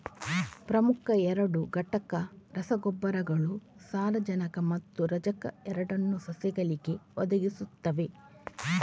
ಪ್ರಮುಖ ಎರಡು ಘಟಕ ರಸಗೊಬ್ಬರಗಳು ಸಾರಜನಕ ಮತ್ತು ರಂಜಕ ಎರಡನ್ನೂ ಸಸ್ಯಗಳಿಗೆ ಒದಗಿಸುತ್ತವೆ